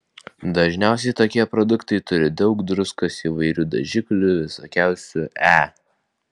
dažniausiai tokie produktai turi daug druskos įvairių dažiklių visokiausių e